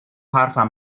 حرفم